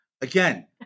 again